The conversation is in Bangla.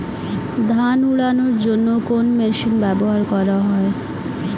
ধান উড়ানোর জন্য কোন মেশিন ব্যবহার করা হয়?